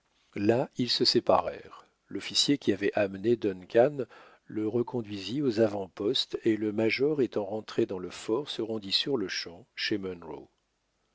là ils se séparèrent l'officier qui avait amené duncan le reconduisit aux avant-postes et le major étant rentré dans le fort se rendit surle-champ chez